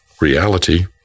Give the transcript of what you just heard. reality